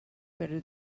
better